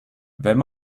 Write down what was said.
wenn